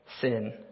sin